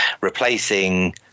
replacing